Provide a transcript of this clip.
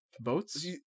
Boats